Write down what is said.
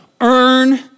earn